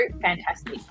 fantastic